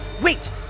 wait